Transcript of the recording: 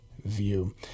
view